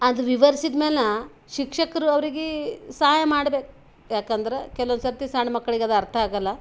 ಅದು ವಿವರ್ಸಿದ ಮೇಲೆ ಶಿಕ್ಷಕರು ಅವ್ರಿಗೆ ಸಹಾಯ ಮಾಡ್ಬೇಕು ಏಕೆಂದ್ರೆ ಕೆಲವು ಸರ್ತಿ ಸಣ್ಮಕ್ಳಿಗೆ ಅದು ಅರ್ಥ ಆಗಲ್ಲ